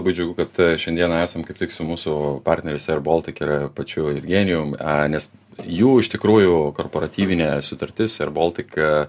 labai džiugu kad šiandieną esam kaip tik su mūsų partneriais airbaltic ir pačiu eugenijum a nes jų iš tikrųjų korporatyvinė sutartis airbaltic